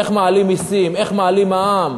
איך מעלים מסים, איך מעלים מע"מ,